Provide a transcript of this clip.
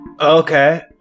Okay